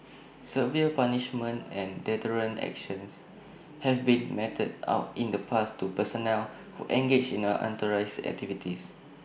severe punishments and deterrent actions have been meted out in the past to personnel who engaged in A unauthorised activities